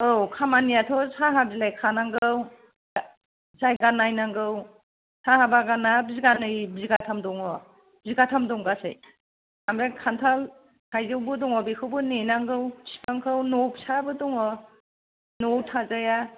औ खामानिआथ' साहा बिलाइ खानांगौ जायगा नायनांगौ साहा बागाना बिगानै बिगाथाम दङ बिगाथाम दं गासै ओमफ्राय खान्थाल थाइजौबो दं बेखौबो नेनांगौ बिफांखौ न' फिसाबो दं न'आव थाजाया